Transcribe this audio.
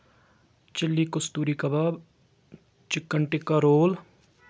chilli kasturi kebab chicken tikka role